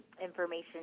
information